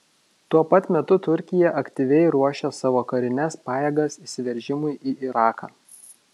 tuo pat metu turkija aktyviai ruošia savo karines pajėgas įsiveržimui į iraką